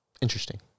interesting